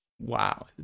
Wow